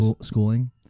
schooling